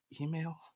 email